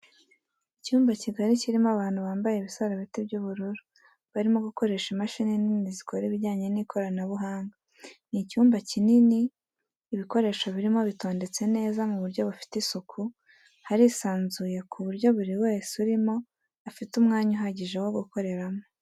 Icyumba kigari kirimo abantu bambaye ibisarubeti by'ubururu barimo gukoresha imashini nini zikora ibijyanye n'ikoranabuhanga, ni icyumba kinini ibikoresho birimo bitondetse neza mu buryo bufite isuku harisanzuye ku buryo buri wese urimo afite umwanya uhagije wo gukoreramo.